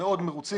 מאוד מרוצים.